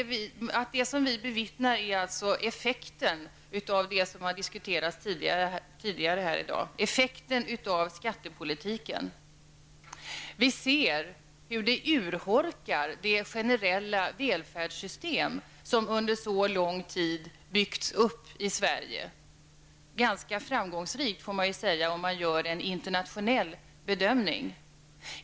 Vad vi bevittnar är effekten av det som har diskuterats tidigare här i dag, effekten av skattepolitiken. Vi ser hur den urholkar det generella välfärdssystem som under så lång tid byggts upp i Sverige -- ganska framgångsrikt, får man säga, om man gör en internationell bedömning.